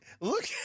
Look